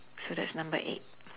so that's number eight